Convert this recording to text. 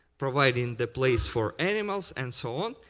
providing the place for animals, and so on.